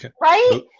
Right